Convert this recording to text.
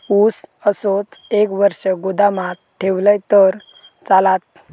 ऊस असोच एक वर्ष गोदामात ठेवलंय तर चालात?